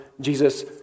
Jesus